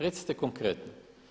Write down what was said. Recite konkretno.